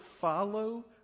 follow